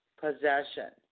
possession